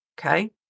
okay